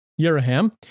Yeraham